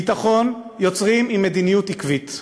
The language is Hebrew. ביטחון יוצרים עם מדיניות עקבית,